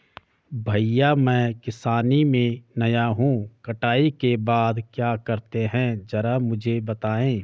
भैया मैं किसानी में नया हूं कटाई के बाद क्या करते हैं जरा मुझे बताएं?